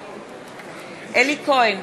בעד אלי כהן,